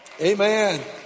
Amen